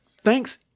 Thanks